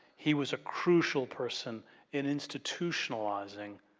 he was a crucial person in institutionalizing